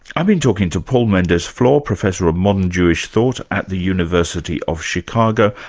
i've been talking to paul mendes-flohr, professor of modern jewish thought at the university of chicago,